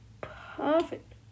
perfect